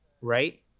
right